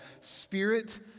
Spirit